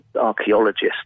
archaeologists